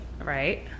Right